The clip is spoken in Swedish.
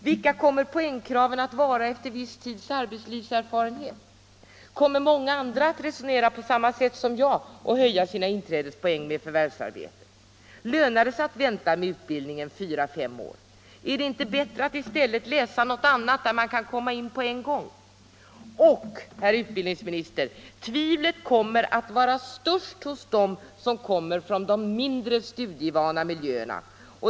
Vilka kommer poängkraven att vara efter viss tids arbetslivserfarenhet? Kommer många andra att resonera på samma sätt som jag och höja sina inträdespoäng genom förvärvsarbete? Lönar det sig att vänta med utbildningen fyra fem år? Är det inte bättre att i stället läsa något annat, där man kan komma in på en gång? Och, herr utbildningsminister, tvivlet kommer att vara störst hos dem som kommer från de mindre studievana miljöerna.